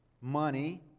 money